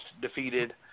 defeated